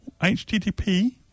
HTTP